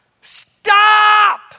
stop